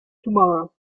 tomorrow